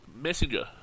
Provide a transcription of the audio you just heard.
Messenger